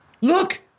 Look